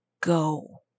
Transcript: go